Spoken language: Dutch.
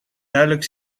duidelijk